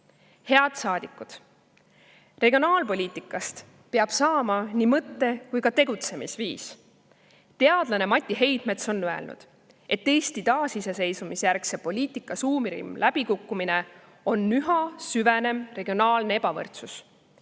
Head saadikud! Regionaalpoliitikast peab saama nii mõtte‑ kui ka tegutsemisviis. Teadlane Mati Heidmets on öelnud, et Eesti taasiseseisvumise järgse poliitika suurim läbikukkumine on üha süvenev regionaalne ebavõrdsus.